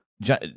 John